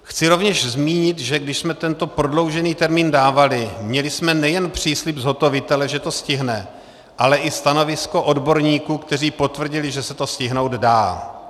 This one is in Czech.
Chci rovněž zmínit, že když jsme tento prodloužený termín dávali, měli jsme nejen příslib zhotovitele, že to stihne, ale i stanovisko odborníků, kteří potvrdili, že se to stihnout dá.